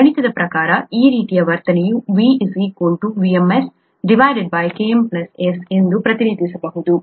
ಗಣಿತದ ಪ್ರಕಾರ ಈ ರೀತಿಯ ವರ್ತನೆಯನ್ನು V VmS Km S ಎಂದು ಪ್ರತಿನಿಧಿಸಬಹುದು